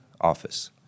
office